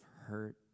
hurt